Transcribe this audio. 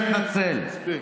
אמסלם, מספיק.